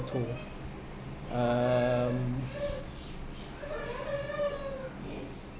to um